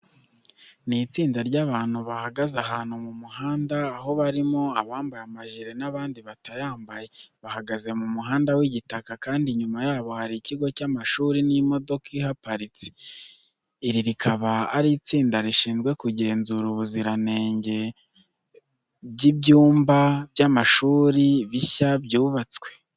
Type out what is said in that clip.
Ni itsinda ry'abantu bahagaze ahantu mu muhanda, aho harimo abambaye amajire n'abandi batayambaye. Bahagaze mu muhanda w'igitaka kandi inyuma yabo hari ikigo cy'amashuri n'imodoka ihaparitse. Iri rikaba ari itsinda rishinzwe kugenzura ubuziranenge by'ibyumba by'amashuri bishya byubatswe.